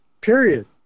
period